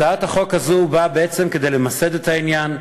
הצעת החוק הזו באה בעצם למסד את העניין,